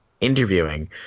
interviewing